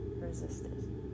resisted